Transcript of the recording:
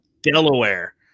Delaware